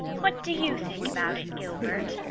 what do you think about it, gilbert?